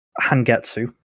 Hangetsu